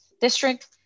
district